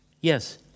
Yes